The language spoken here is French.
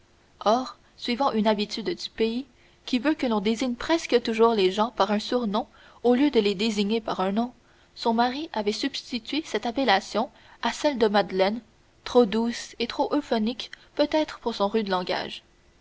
or suivant une habitude du pays qui veut que l'on désigne presque toujours les gens par un surnom au lieu de les désigner par un nom son mari avait substitué cette appellation à celle de madeleine trop douce et trop euphonique peut-être pour son rude langage